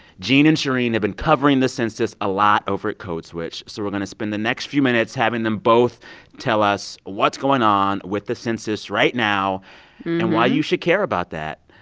gene and shereen have been covering the census a lot over at code switch, so we're going to spend the next few minutes having them both tell us what's going on with the census right now and why you should care about that.